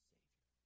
Savior